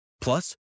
Plus